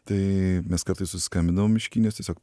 tai mes kartais susiskambindavom iš kinijos tiesiog